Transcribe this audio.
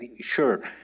sure